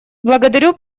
благодарю